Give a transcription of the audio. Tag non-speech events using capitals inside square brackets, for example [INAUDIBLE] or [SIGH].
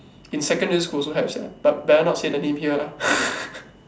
in secondary school also have sia but better not say the name here lah [LAUGHS]